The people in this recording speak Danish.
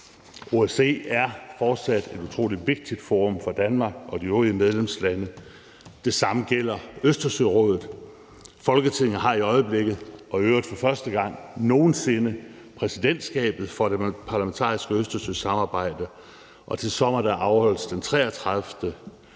OSCE er fortsat et utrolig vigtigt forum for Danmark og de øvrige medlemslande. Det samme gælder Østersørådet. Folketinget har i øjeblikket – og i øvrigt for første gang nogen sinde – præsidentskabet for det parlamentariske Østersøsamarbejde, og til sommer afholdes den 33.